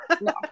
No